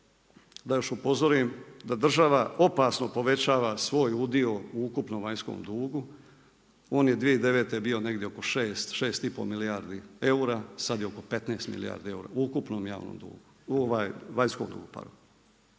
da još upozorim da država opasno povećava svoj udio u ukupnom vanjskom dugu. On je 2009. bio negdje oko 6, 6 i pol milijardi eura, sad je oko 15 milijardi eura, u ukupnom vanjskom dugu.